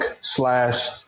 slash